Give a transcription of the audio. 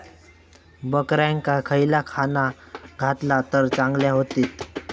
बकऱ्यांका खयला खाणा घातला तर चांगल्यो व्हतील?